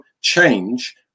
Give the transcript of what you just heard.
change